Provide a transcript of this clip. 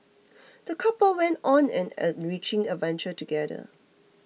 the couple went on an enriching adventure together